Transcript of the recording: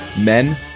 Men